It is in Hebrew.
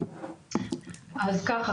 אז ככה,